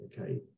okay